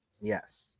Yes